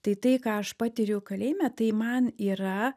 tai tai ką aš patiriu kalėjime tai man yra